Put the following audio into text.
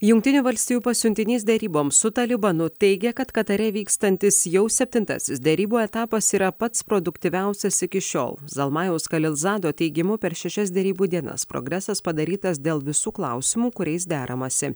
jungtinių valstijų pasiuntinys deryboms su talibanu teigia kad katare vykstantis jau septintasis derybų etapas yra pats produktyviausias iki šiol zalmajaus kalizado teigimu per šešias derybų dienas progresas padarytas dėl visų klausimų kuriais deramasi